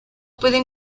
pueden